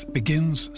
begins